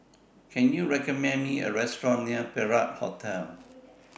Can YOU recommend Me A Restaurant near Perak Hotel